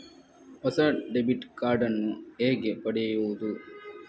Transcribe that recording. ಹೊಸ debit card ನ್ನು ಹೇಗೆ ಪಡೆಯುದು?